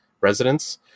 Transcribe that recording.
residents